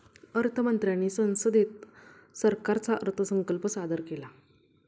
अर्थ मंत्र्यांनी संसदेत सरकारचा अर्थसंकल्प सादर केला